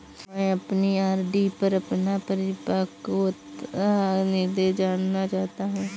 मैं अपनी आर.डी पर अपना परिपक्वता निर्देश जानना चाहता हूँ